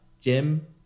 Jim